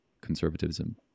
conservatism